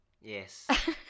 Yes